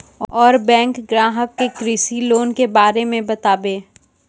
और बैंक ग्राहक के कृषि लोन के बारे मे बातेबे?